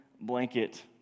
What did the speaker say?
blanket